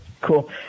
Cool